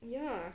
ya